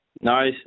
Nice